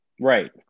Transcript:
right